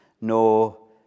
no